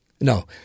No